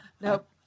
Nope